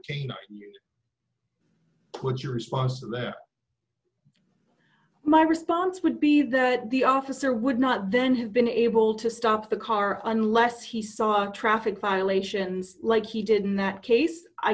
call what's your response to that my response would be that the officer would not then have been able to stop the car unless he saw traffic violations like he did in that case i